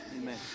Amen